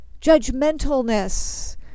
judgmentalness